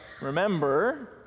remember